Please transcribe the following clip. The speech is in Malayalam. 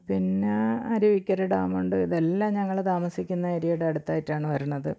പിന്നെ അരുവിക്കര ഡാമുണ്ട് ഇതെല്ലാം ഞങ്ങൾ താമസിക്കുന്ന ഏരിയയുടെ അടുത്തായിട്ടാണ് വരണത്